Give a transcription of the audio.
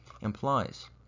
implies